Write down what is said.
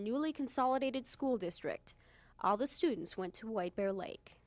newly consolidated school district all the students went to white bear lake